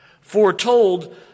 foretold